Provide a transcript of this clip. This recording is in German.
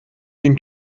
den